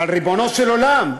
אבל, ריבונו של עולם,